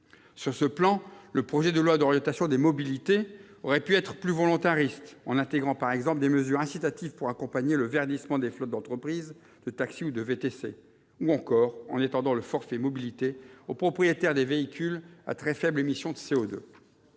Sur ce plan, le projet de loi d'orientation des mobilités aurait pu être plus volontariste, en intégrant par exemple des mesures incitatives pour accompagner le verdissement des flottes d'entreprises, de taxis ou de VTC, ou encore en étendant le forfait mobilité aux propriétaires des véhicules à très faibles émissions de CO2.